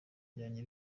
byajyaga